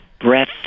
breath